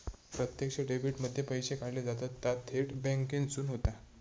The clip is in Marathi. प्रत्यक्ष डेबीट मध्ये पैशे काढले जातत ता थेट बॅन्केसून होता